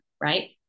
right